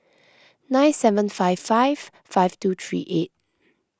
nine seven five five five two three eight